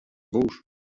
būšu